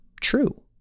true